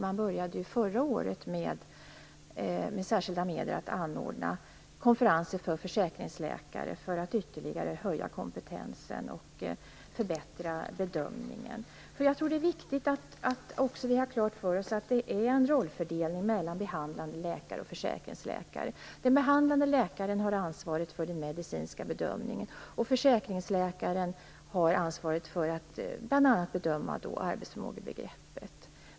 Man började förra året med särskilda medel att anordna konferenser för försäkringsläkare för att ytterligare höja kompetensen och för att förbättra bedömningen. Jag tror att det är viktigt att vi har klart för oss att det är en rollfördelning mellan behandlande läkare och försäkringsläkare. Den behandlande läkaren har ansvaret för den medicinska bedömningen, och försäkringsläkaren har ansvaret för att bl.a. bedöma arbetsförmågebegreppet.